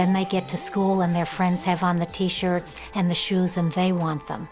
then they get to school and their friends have on the t shirts and the shoes and they want them